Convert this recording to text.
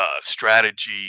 Strategy